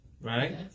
right